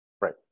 Right